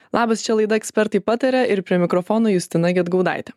labas čia laida ekspertai pataria ir prie mikrofono justina gedgaudaitė